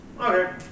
Okay